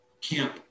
camp